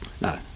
No